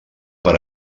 per